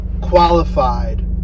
qualified